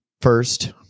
First